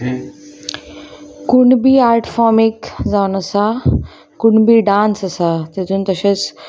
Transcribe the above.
Kunbi art form एक जावन आसा कुणबी डांस आसा तेतून तशेंच